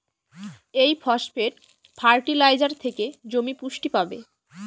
এই phosphate fertiliser থেকে জমি পুষ্টি পাবে